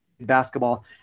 basketball